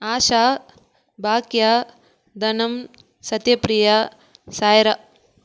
ஆஷா பாக்யா தனம் சத்யபி ரியா சாய்ரா